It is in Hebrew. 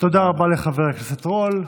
תודה רבה לחבר הכנסת עידן רול.